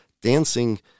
dancing